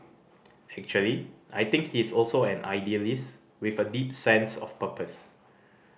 actually I think he is also an idealist with a deep sense of purpose